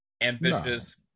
ambitious